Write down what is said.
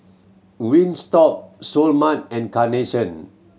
Wingstop Seoul Mart and Carnation